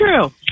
true